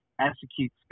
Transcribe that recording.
execute